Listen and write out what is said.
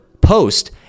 post